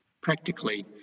Practically